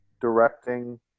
directing